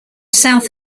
south